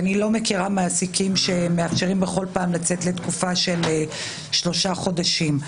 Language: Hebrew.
אני לא מכירה מעסיקים שמאפשרים בכל פעם לצאת לתקופה של שלושה חודשים.